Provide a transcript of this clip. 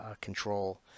control